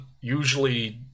usually